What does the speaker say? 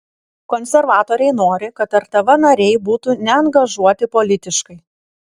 konservatoriai nori kad rtv nariai būtų neangažuoti politiškai